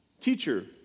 Teacher